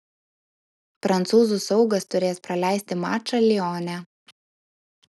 prancūzų saugas turės praleisti mačą lione